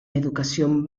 educación